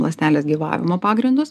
ląstelės gyvavimo pagrindus